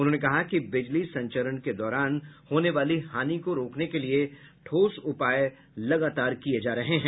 उन्होंने कहा कि बिजली संचरण के दौरान होने वाली हानि को रोकने के लिए ठोस उपाय लगातार किये जा रहे हैं